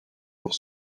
pour